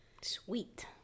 Sweet